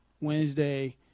Wednesday